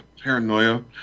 paranoia